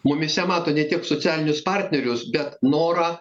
mumyse mato ne tiek socialinius partnerius bet norą